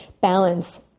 balance